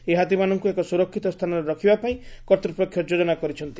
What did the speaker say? ଏହି ହାତୀମାନଙ୍କୁ ଏକ ସୁରକ୍ଷିତ ସ୍କାନରେ ରଖିବା ପାଇଁ କର୍ତ୍ତୂପକ୍ଷ ଯୋକନା କରିଛନ୍ତି